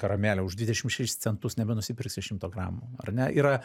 karamelė už dvidešim šešis centus nenusipirksi šimto gramų ar ne yra